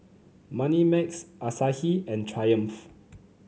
Moneymax Asahi and Triumph